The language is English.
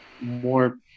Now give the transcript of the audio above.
more